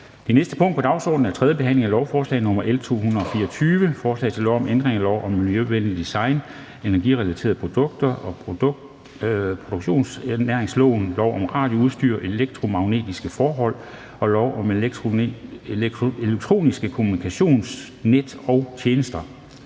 Det næste punkt på dagsordenen er: 13) 3. behandling af lovforslag nr. L 224: Forslag til lov om ændring af lov om miljøvenligt design af energirelaterede produkter, produktenergimærkningsloven, lov om radioudstyr og elektromagnetiske forhold og lov om elektroniske kommunikationsnet og -tjenester.